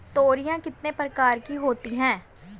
तोरियां कितने प्रकार की होती हैं?